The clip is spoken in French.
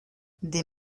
des